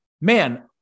man